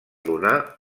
donar